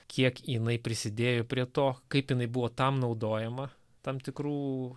kiek jinai prisidėjo prie to kaip jinai buvo tam naudojama tam tikrų